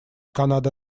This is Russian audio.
канада